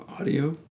audio